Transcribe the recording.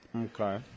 Okay